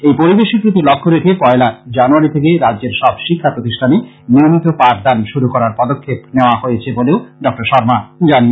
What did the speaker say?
এই পরিবেশের প্রতি লক্ষ্য রেখে পয়লা জানুয়ারী থেকে রাজ্যের সব শিক্ষা প্রতিষ্ঠানে নিয়মিত পাঠদান শুরু করার পদক্ষেপ নেওয়া হয়েছে বলেও তিনি জানান